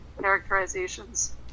characterizations